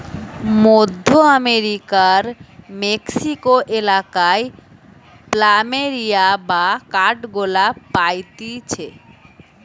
মধ্য আমেরিকার মেক্সিকো এলাকায় প্ল্যামেরিয়া বা কাঠগোলাপ পাইতিছে